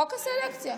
חוק הסלקציה?